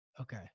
Okay